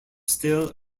still